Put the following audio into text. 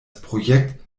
projekt